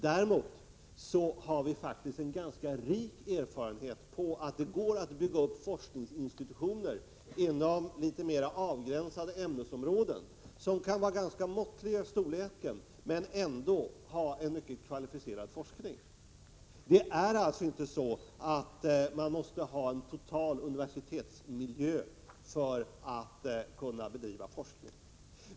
Däremot har vi faktiskt en ganska rik erfarenhet av att inom litet mer avgränsade ämnesområden bygga upp forskningsinstitutioner, vilka kan vara ganska måttliga till storleken men ändå inrymma en mycket kvalificerad forskning. Man måste alltså inte ha en fullständig universitetsmiljö för att kunna bedriva forskning.